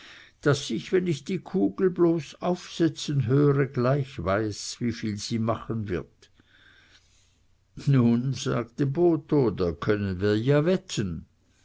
daß ich wenn ich die kugel bloß aufsetzen höre gleich weiß wieviel sie machen wird nun sagte botho da können wir ja wetten